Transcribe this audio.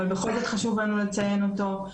אבל בכל זאת חשוב לנו לציין אותו.